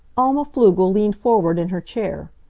alma pflugel leaned forward in her chair.